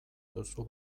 duzu